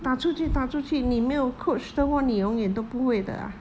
打出去打出去你没有 coach 的话你永远都不会的 lah